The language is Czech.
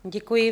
Děkuji.